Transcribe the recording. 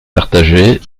partagées